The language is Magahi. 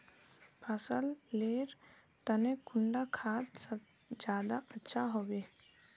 फसल लेर तने कुंडा खाद ज्यादा अच्छा हेवै?